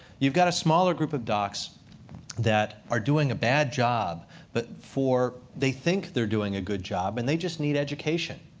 you've got a smaller group of docs that are doing a bad job but they think they're doing a good job, and they just need education.